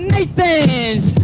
Nathan's